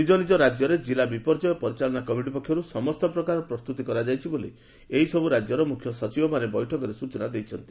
ନିଜ ନିଜ ରାଜ୍ୟର ଜିଲ୍ଲା ବିପର୍ଯ୍ୟୟ ପରିଚାଳନା କମିଟି ପକ୍ଷରୁ ସମସ୍ତ ପ୍ରକାର ପ୍ରସ୍ତୁତି କରାଯାଇଛି ବୋଲି ଏହିସବୁ ରାଜ୍ୟର ମୁଖ୍ୟ ସଚିବମାନେ ବୈଠକରେ ସୂଚନା ଦେଇଛନ୍ତି